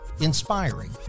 Inspiring